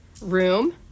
room